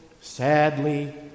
sadly